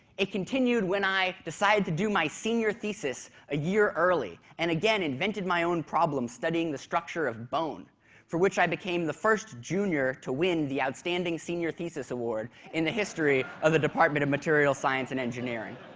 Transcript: it continued when i decided to do my senior thesis a year early and again invented my own problems studying the structure of bone for which i became the first junior to win the outstanding senior thesis award in the history of the department of materials science and engineering.